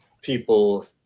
people